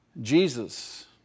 Jesus